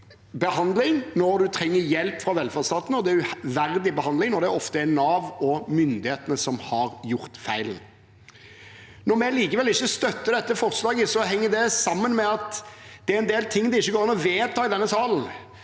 behandling når man trenger hjelp fra velferdsstaten, og det er uverdig behandling når det ofte er Nav og myndighetene som har gjort feil. Når vi likevel ikke støtter dette forslaget, henger det sammen med at det er en del det ikke går an å vedta i denne sal.